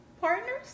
partners